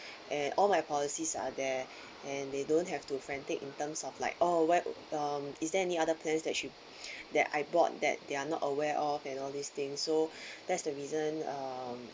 and all my policies are there and they don't have to frantic in terms of like oh where um is there any other plans that she that I bought that they're not aware of and all these things so that's the reason um